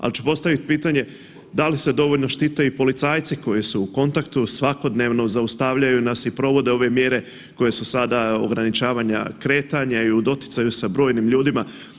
Ali ću postaviti pitanje da li se dovoljno štite i policajci koji su u kontaktu, svakodnevno zaustavljaju nas i provode ove mjere koje su sada ograničavanja kretanja i u doticaju sa brojnim ljudima.